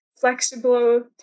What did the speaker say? flexible